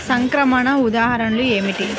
సంక్రమణ ఉదాహరణ ఏమిటి?